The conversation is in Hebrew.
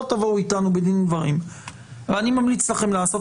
לא תבואו איתנו בדין ודברים - ואני ממליץ לכם לעשות